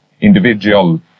individual